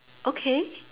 okay